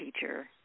teacher